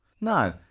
No